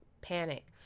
panic